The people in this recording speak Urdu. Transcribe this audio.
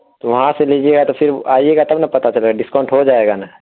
تو وہاں سے لیجیے گا تو پھر آئیے گا تب نا پتا چلے گا ڈسکاؤنٹ ہو جائے گا نا